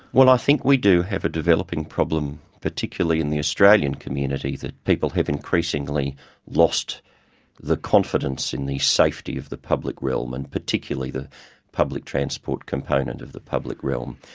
well, i think we do have a developing problem, particularly in the australian community, that people have increasingly lost the confidence in the safety of the public realm, and particularly the public transport component of the public realm.